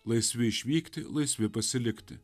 laisvi išvykti laisvi pasilikti